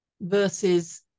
versus